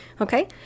Okay